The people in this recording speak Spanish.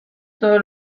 todos